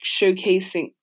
showcasing